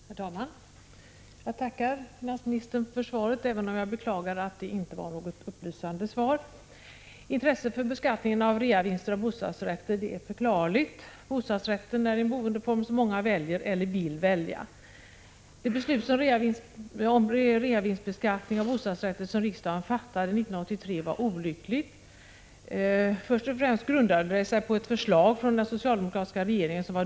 Herr talman! Jag tackar finansministern för svaret. Men jag beklagar att det inte var något upplysande svar. Intresset för beskattningen av reavinster på bostadsrätter är förklarligt. Bostadsrätten är en boendeform som många väljer, eller vill välja. Det beslut om beskattningen av reavinster på bostadsrätter som riksdagen fattade 1983 är ett olyckligt beslut. Först och främst grundades beslutet på ett dåligt genomarbetat förslag från den socialdemokratiska regeringen.